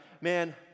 man